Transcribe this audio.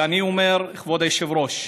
ואני אומר, כבוד היושב-ראש,